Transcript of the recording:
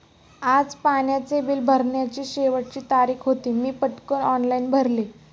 आज पाण्याचे बिल भरण्याची शेवटची तारीख होती, मी पटकन ऑनलाइन भरले